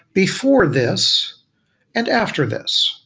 before this and after this.